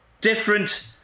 Different